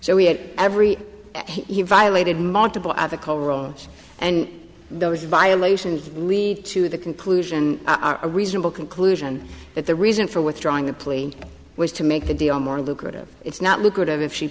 so he had every he violated multiple article rules and those violations lead to the conclusion a reasonable conclusion that the reason for withdrawing the plea was to make the deal more lucrative it's not lucrative if she